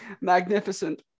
magnificent